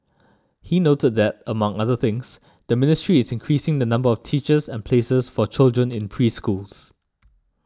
he noted that among other things the ministry is increasing the number of teachers and places for children in preschools